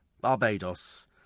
Barbados